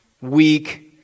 weak